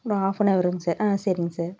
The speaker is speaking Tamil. இன்னும் ஆஃப் அன் அவருங்களா சார் ஆ சரிங்க சார்